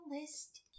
list